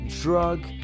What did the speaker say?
drug